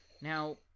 Now